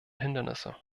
hindernisse